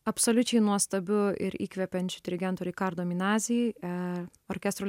absoliučiai nuostabiu ir įkvepiančiu dirigentu rikardo minazij a orkestru